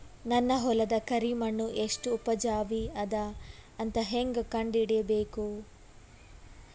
ನನ್ನ ಹೊಲದ ಕರಿ ಮಣ್ಣು ಎಷ್ಟು ಉಪಜಾವಿ ಅದ ಅಂತ ಹೇಂಗ ಕಂಡ ಹಿಡಿಬೇಕು?